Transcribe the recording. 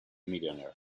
millionaire